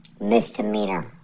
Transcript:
Misdemeanor